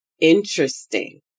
Interesting